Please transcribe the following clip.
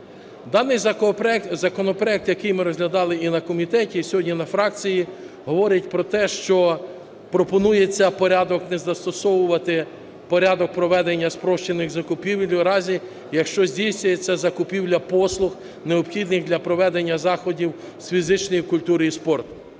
Даний законопроект, який ми розглядали і на комітеті, і сьогодні на фракції, говорить про те, що пропонується не застосовувати порядок спрощених закупівель у разі, якщо здійснюється закупівля послуг, необхідних для проведення заходів з фізичної культури і спорту.